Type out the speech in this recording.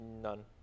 none